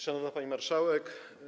Szanowna Pani Marszałek!